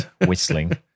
whistling